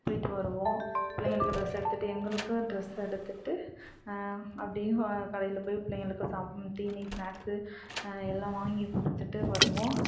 போயிட்டு வருவோம் பிள்ளைங்களுக்கு ட்ரெஸ் எடுத்துட்டு எங்களுக்கு ட்ரெஸ் எடுத்துட்டு அப்படி கடையில் போய் பிள்ளைங்களுக்கு சாப் தீனி ஸ்நாக்ஸு எல்லாம் வாங்கி கொடுத்துட்டு வருவோம்